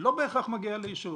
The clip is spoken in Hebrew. לא בהכרח מגיעה לאישור,